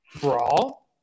brawl